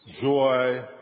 joy